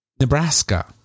Nebraska